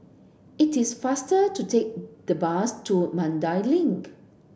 it is faster to take the bus to Mandai Link